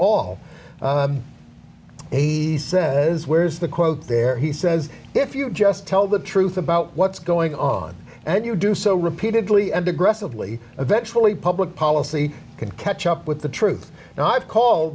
all says where's the quote there he says if you just tell the truth about what's going on and you do so repeatedly and aggressively eventually public policy can catch up with the truth and i've called